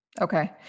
Okay